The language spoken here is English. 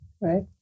right